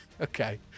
Okay